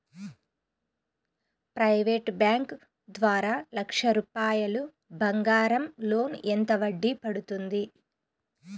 Private bank ద్వారా లక్ష రూపాయలు బంగారం లోన్ ఎంత వడ్డీ పడుతుంది?